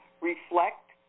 reflect